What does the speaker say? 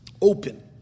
open